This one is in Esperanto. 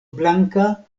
blanka